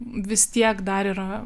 vis tiek dar yra